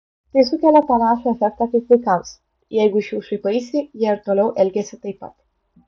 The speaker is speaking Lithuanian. tai sukelia panašų efektą kaip vaikams jeigu iš jų šaipaisi jie ir toliau elgiasi taip pat